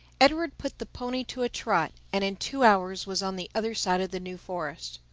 edward put the pony to a trot, and in two hours was on the other side of the new forest.